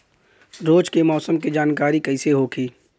रोज के मौसम के जानकारी कइसे होखि?